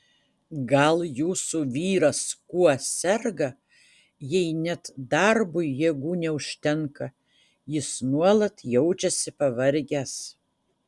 gal jūsų vyras kuo serga jei net darbui jėgų neužtenka jis nuolat jaučiasi pavargęs